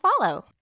follow